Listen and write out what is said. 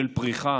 של פריחה,